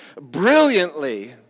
brilliantly